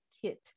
kit